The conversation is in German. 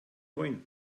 moin